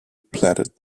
platted